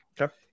okay